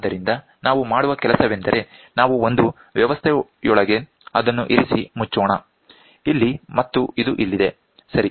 ಆದ್ದರಿಂದ ನಾವು ಮಾಡುವ ಕೆಲಸವೆಂದರೆ ನಾವು ಒಂದು ವ್ಯವಸ್ಥೆಯೊಳಗೆ ಅದನ್ನು ಇರಿಸಿ ಮುಚ್ಚೋಣ ಇಲ್ಲಿ ಮತ್ತು ಇದು ಇಲ್ಲಿದೆ ಸರಿ